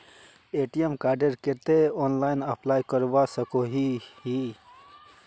ATM कार्डेर केते online apply करवा सकोहो ही?